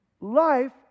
Life